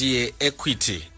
equity